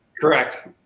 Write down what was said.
correct